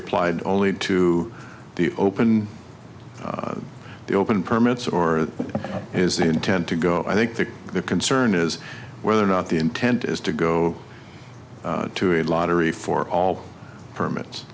applied only to the open the open permits or his intent to go i think the concern is whether or not the intent is to go to a lottery for all permits